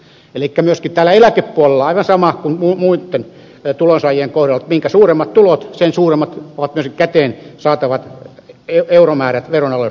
myöskin täällä eläkepuolella on aivan sama kuin muitten tulonsaajien kohdalla että mitä suuremmat tulot sen suuremmat ovat myös käteen saatavat euromäärät veronalennusten pohjalta